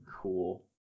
cool